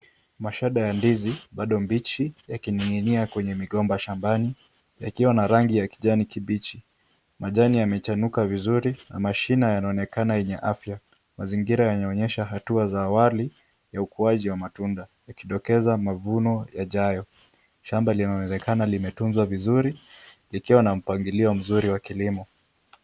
Mashada ya ndizi bado mbichi yakininginia kwenye migomba shambani yakiwa na rangi ya kijani kibichi. majani yamechanuka vizuri na mashina yanaonekana yenye afia. mazingira yanaonyesha hatua za awali ya ukuaji ya matunda yakidokeza mavuno yajayo. shamba linaonekana limetuzwa vizuri likiwa na mpangilio mzuri wa kilimo.